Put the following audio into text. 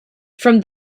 from